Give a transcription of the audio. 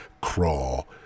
crawl